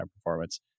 performance